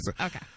Okay